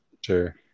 Sure